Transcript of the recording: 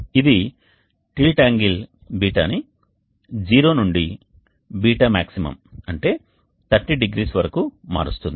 ఇది tilt angle ß ని 0 నుండి ßMax అంటే 30 డిగ్రీల వరకు మారుస్తుంది